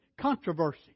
controversy